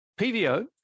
PVO